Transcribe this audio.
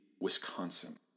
Wisconsin